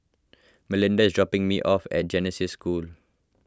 Melinda is dropping me off at Genesis School